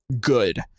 good